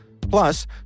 Plus